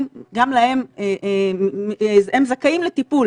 הם זכאים לטיפול.